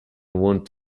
want